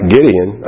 Gideon